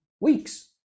weeks